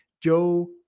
Joe